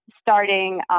starting